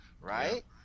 right